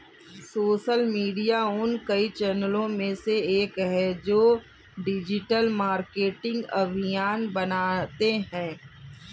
social media उन कई चैनलों में से एक है जो डिजिटल मार्केटिंग अभियान बनाते हैं